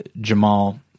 Jamal